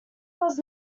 was